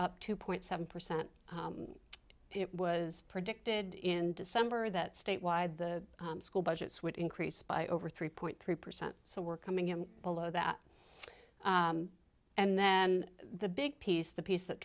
up two point seven percent it was predicted in december that statewide the school budgets would increase by over three point three percent so we're coming in below that and then the big piece of the piece that